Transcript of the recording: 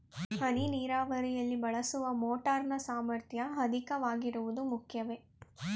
ಹನಿ ನೀರಾವರಿಯಲ್ಲಿ ಬಳಸುವ ಮೋಟಾರ್ ನ ಸಾಮರ್ಥ್ಯ ಅಧಿಕವಾಗಿರುವುದು ಮುಖ್ಯವೇ?